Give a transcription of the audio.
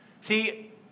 See